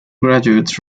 graduates